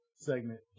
segment